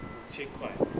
五千块